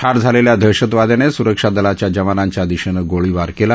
ठार झालेल्या दहशतवाद्याने स्रक्षा दलाच्या जवांनांच्या दिशेने गोळीबार केला